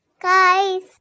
guys